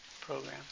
program